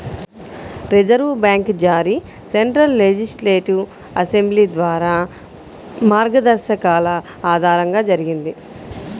reserve bank జారీ central legislative assembly ద్వారా మార్గదర్శకాల ఆధారంగా జరిగింది